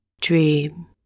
Dream